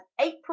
april